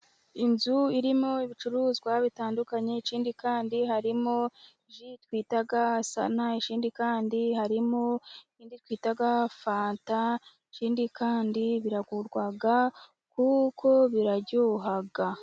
inzu irimo ibicuruzwa bitandukanye, ikindi kandi harimo ji twita sana, ikindi kandi harimo indi twita fanta, ikindi kandi biragurwa kuko biraryoha.